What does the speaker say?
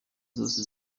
zose